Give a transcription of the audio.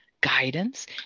guidance